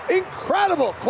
incredible